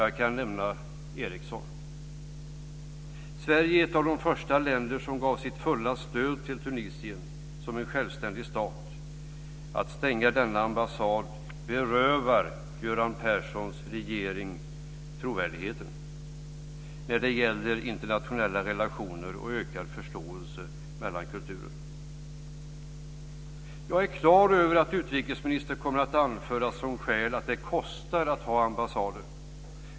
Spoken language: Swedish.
Jag kan nämna Ericsson. Sverige var ett av de första länderna som gav sitt fulla stöd till Tunisien som självständig stat. Att stänga denna ambassad berövar Göran Perssons regering trovärdigheten när det gäller internationella relationer och ökad förståelse mellan kulturer. Jag är på det klara med att utrikesministern kommer att anföra som skäl att det kostar att ha ambassader.